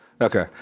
Okay